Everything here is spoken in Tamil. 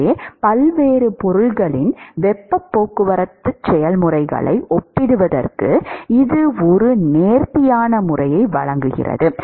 எனவே பல்வேறு பொருட்களின் வெப்பப் போக்குவரத்து செயல்முறைகளை ஒப்பிடுவதற்கு இது ஒரு நேர்த்தியான முறையை வழங்குகிறது